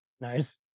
Nice